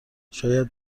شاید